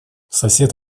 сосед